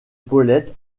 paulette